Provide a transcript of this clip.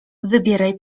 wybieraj